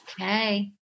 Okay